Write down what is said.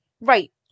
right